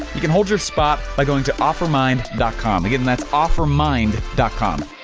you can hold your spot by going to offermind com. again, that's offermind com.